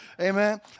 Amen